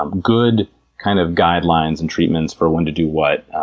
um good kind of guidelines and treatments for when to do what.